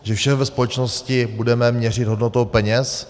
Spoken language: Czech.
Že všem ve společnosti budeme měřit hodnotou peněz?